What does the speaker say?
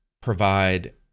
provide